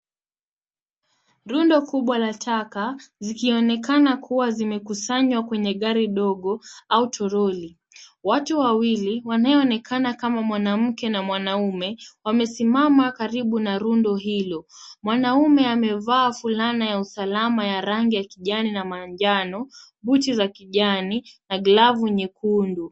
Rundo kubwa la taka, zikionekana kuwa zimekusanywa kwenye gari ndogo, au troli. Watu wawili, wanayeonekana kama mwanamke na mwanaume, wamesimama karibu na rundo hilo. Mwanaume amevaa fulana ya usalama ya rangi ya kijani, na manjano, buti za kijani, na glavu nyekundu.